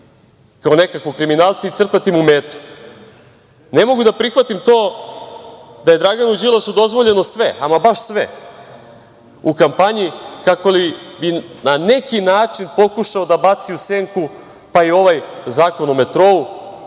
kao nekakvog kriminalca i crtati mu metu. Ne mogu da prihvatim to da je Draganu Đilasu dozvoljeno sve, ama baš sve, u kampanji kako li bi na neki način pokušao da baci u senku, pa i ovaj zakon o metrou,